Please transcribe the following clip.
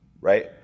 Right